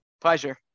Pleasure